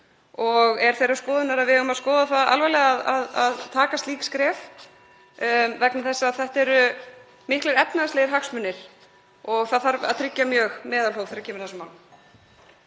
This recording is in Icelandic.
Ég er þeirrar skoðunar að við eigum að skoða það alvarlega að taka slík skref vegna þess að þetta eru miklir efnahagslegir hagsmunir og tryggja þarf mjög meðalhóf þegar kemur að þessum